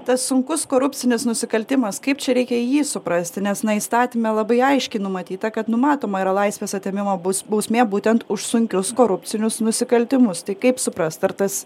tas sunkus korupcinis nusikaltimas kaip čia reikia jį suprasti nes na įstatyme labai aiškiai numatyta kad numatoma yra laisvės atėmimo baus bausmė būtent už sunkius korupcinius nusikaltimus tai kaip suprast ar tas